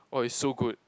oh it's so good